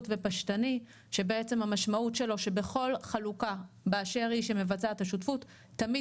ופשטני שבעצם המשמעות שלו שבכל חלוקה באשר היא שמבצעת השותפות תמיד